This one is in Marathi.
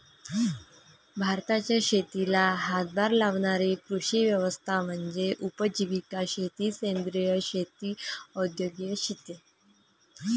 भारताच्या शेतीला हातभार लावणारी कृषी व्यवस्था म्हणजे उपजीविका शेती सेंद्रिय शेती औद्योगिक शेती